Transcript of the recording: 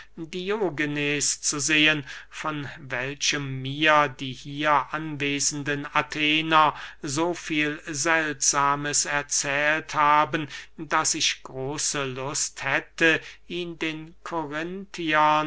diogenes zu sehen von welchem mir die hier anwesenden athener so viel seltsames erzählt haben daß ich große lust hätte ihn den